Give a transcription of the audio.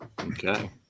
Okay